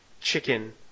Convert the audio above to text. chicken